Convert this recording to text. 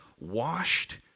washed